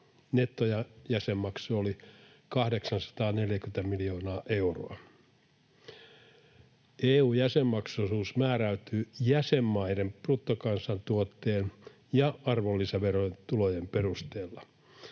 Nettojäsenmaksu oli 840 miljoonaa euroa. EU-jäsenmaksuosuus määräytyy jäsenmaiden bruttokansantuotteen ja arvonlisäverotulojen perusteella.